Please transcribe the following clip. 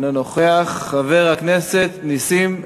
אינו נוכח, חבר הכנסת נסים זאב,